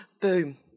Boom